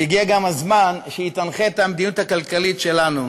שהגיע הזמן שהיא תנחה גם את המדיניות הכלכלית שלנו.